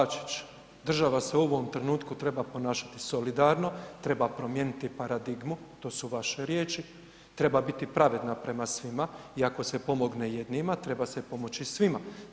Zastupniče Bačić, država se u ovom trenutku treba ponašati solidarno, treba promijeniti paradigmu, to su vaše riječi, treba biti pravedna prema svima i ako se pomogne jednima treba se pomoći svima.